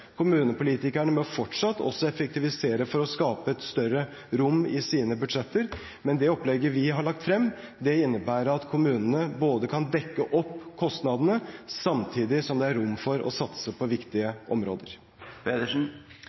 Kommunepolitikerne må fortsatt effektivisere for å skape større rom i sine budsjetter. Men det opplegget vi har lagt frem, innebærer at kommunene kan dekke opp kostnadene, samtidig som det er rom for å satse på viktige områder.